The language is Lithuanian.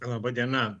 laba diena